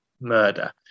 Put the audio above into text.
murder